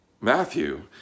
Matthew